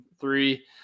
three